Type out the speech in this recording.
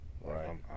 Right